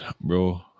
bro